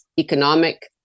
economic